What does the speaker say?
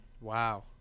Wow